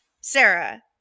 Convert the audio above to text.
Sarah